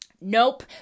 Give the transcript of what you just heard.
nope